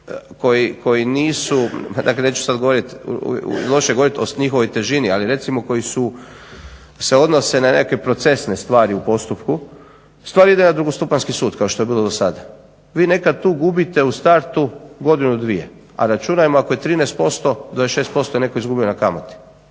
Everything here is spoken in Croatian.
koji nisu, dakle neću sad govoriti, loše govoriti o njihovoj težini. Ali recimo koji su, se odnose na nekakve procesne stvari u postupku stvar ide na drugostupanjski sud kao što je bilo do sada. Vi nekad tu gubite u startu godinu dvije, a računajmo ako je 13%, 26% je netko izgubio na kamati.